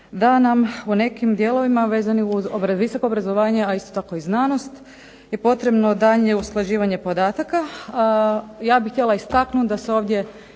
da nam u nekim dijelovima vezani uz visoko obrazovanje, a isto tako i znanost je potrebno daljnje usklađivanje podataka. A ja bih htjela istaknuti da se ovdje